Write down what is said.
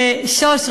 לשוש,